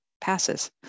passes